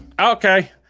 Okay